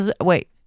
Wait